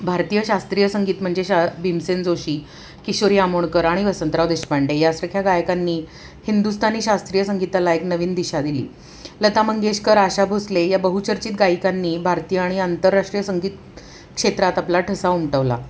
भारतीय शास्त्रीय संगीत म्हणजे शा भीमसेन जोशी किशोरी आमोणकर आणि वसंतराव देशपांडे यासारख्या गायकांनी हिंदुस्तानी शास्त्रीय संगीताला एक नवीन दिशा दिली लता मंगेशकर आशा भोसले या बहुचर्चित गायिकांनी भारतीय आणि आंतरराष्ट्रीय संगीत क्षेत्रात आपला ठसा उमटवला